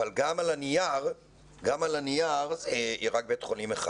אבל גם על הנייר יש רק בית חולים אחד.